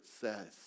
says